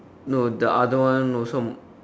no the other one also